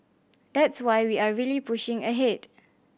that's why we are really pushing ahead